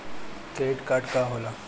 Credit card का होला?